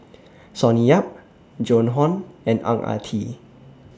Sonny Yap Joan Hon and Ang Ah Tee